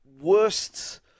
worst